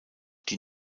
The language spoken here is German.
die